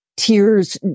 tears